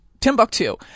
Timbuktu